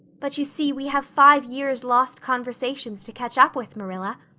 but, you see, we have five years' lost conversations to catch up with, marilla.